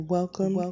Welcome